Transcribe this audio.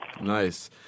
Nice